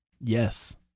Yes